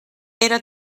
era